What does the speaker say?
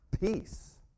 peace